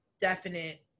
definite